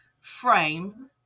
frame